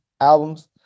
albums